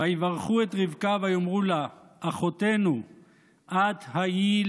"ויברכו את רבקה ויאמרו לה אחֹתנו את היית